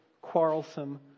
quarrelsome